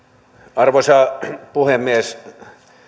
arvoisa puhemies